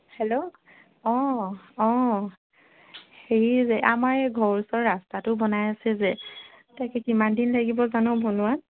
hello অ অ হেৰি যে আমাৰ এই ঘৰৰ ওচৰৰ ৰাস্তাটো বনাই আছে যে তাকে কিমানদিন লাগিব জানো বনোৱাত